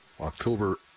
October